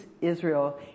Israel